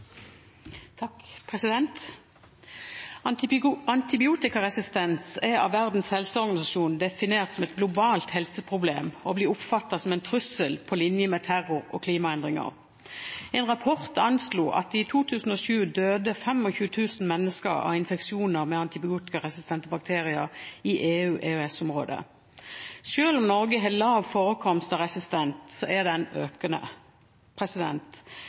Antibiotikaresistens er av Verdens helseorganisasjon definert som et globalt helseproblem og blir oppfattet som en trussel på linje med terror og klimaendringer. En rapport anslo at det i 2007 døde 25 000 mennesker av infeksjoner med antibiotikaresistente bakterier i EU/EØS-området. Selv om Norge har lav forekomst av resistens, er den økende.